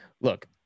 Look